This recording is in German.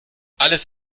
alles